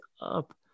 up